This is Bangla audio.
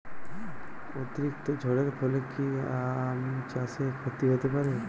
অতিরিক্ত ঝড়ের ফলে কি আম চাষে ক্ষতি হতে পারে?